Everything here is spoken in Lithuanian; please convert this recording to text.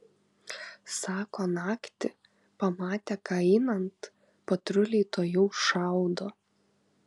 sako naktį pamatę ką einant patruliai tuojau šaudo